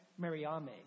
Mariame